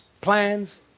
plans